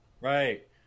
Right